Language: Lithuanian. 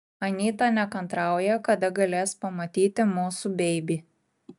anyta nekantrauja kada galės pamatyti mūsų beibį